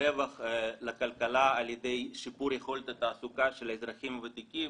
הרווח לכלכלה על ידי שיפור יכולת התעסוקה של האזרחים הוותיקים,